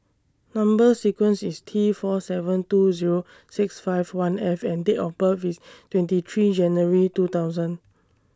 Number sequence IS T four seven two Zero six five one F and Date of birth IS twenty three January two thousand